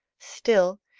still,